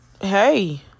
Hey